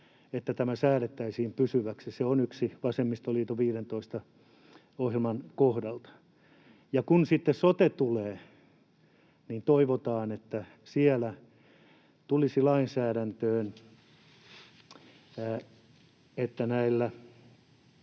että tämä säädettäisiin pysyväksi. Se on yksi kohta vasemmistoliiton 15 kohdan ohjelmasta. Ja kun sitten sote tulee, niin toivotaan, että siellä tulisi lainsäädäntöön se, että näillä